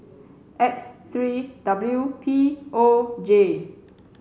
X three W P O J